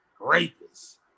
rapists